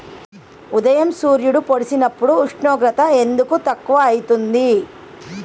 ఉదయం సూర్యుడు పొడిసినప్పుడు ఉష్ణోగ్రత ఎందుకు తక్కువ ఐతుంది?